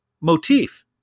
motif